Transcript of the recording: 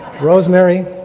Rosemary